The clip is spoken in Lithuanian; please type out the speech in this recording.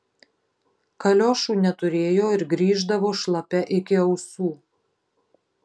kaliošų neturėjo ir grįždavo šlapia iki ausų